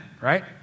right